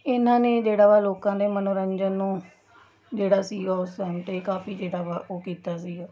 ਇਹਨਾਂ ਨੇ ਜਿਹੜਾ ਵਾ ਲੋਕਾਂ ਨੇ ਮਨੋਰੰਜਨ ਨੂੰ ਜਿਹੜਾ ਸੀ ਉਹ ਕਾਫ਼ੀ ਜਿਹੜਾ ਵਾ ਉਹ ਕੀਤਾ ਸੀਗਾ